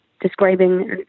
describing